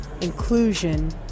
inclusion